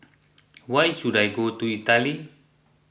where should I go in Italy